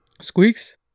Squeaks